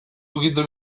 ukitu